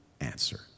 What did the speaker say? answer